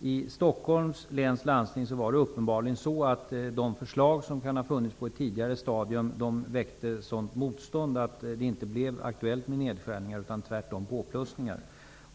I Stockholms läns landsting var det uppenbarligen så att de förslag som kan ha funnits på ett tidigare stadium väckte sådant motstånd att det inte blev aktuellt med nedskärningar, utan tvärtom påplussningar.